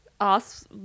ask